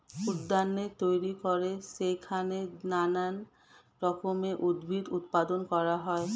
উদ্যানে তৈরি করে সেইখানে নানান রকমের উদ্ভিদ উৎপাদন করা হয়